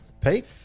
Pete